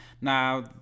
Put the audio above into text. Now